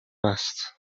است